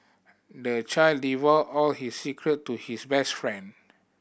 the child divulged all his secret to his best friend